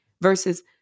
versus